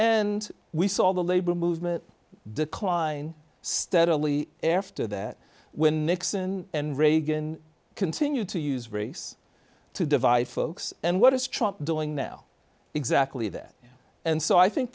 and we saw the labor movement decline steadily after that when nixon and reagan continued to use race to divide folks and what does trump doing now exactly that and so i think